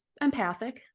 empathic